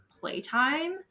playtime